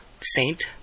Saint